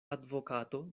advokato